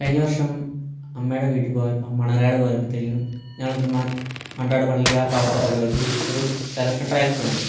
കഴിഞ്ഞ വർഷം അമ്മേടെ വീട്ടിൽ പോയപ്പം മണ്ണാർക്കാട് പോയപ്പത്തേക്കിനും ഞങ്ങൾ ചുമ്മാതെ മണ്ണാർക്കാട് പള്ളി ആ ഭാഗത്തോട്ടൊക്കെ ആയത്തേനും ഒരു സെലക്ഷൻ ട്രയൽസ് കണ്ടു